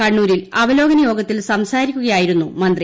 കണ്ണൂരിൽ അവലോകന യോഗത്തിൽ സംസാരിക്കുകയായിരുന്നു മന്ത്രി